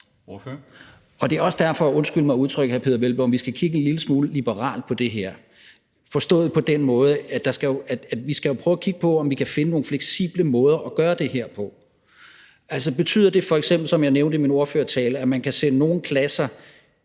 Det er også derfor – undskyld mig udtrykket, hr. Peder Hvelplund – vi skal kigge en lille smule liberalt på det her, forstået på den måde, at vi jo skal prøve at kigge på, om vi kan finde nogle fleksible måder at gøre det her på. Betyder det f.eks., som jeg nævnte i min ordførertale, at man kan sende nogle klasser